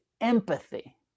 empathy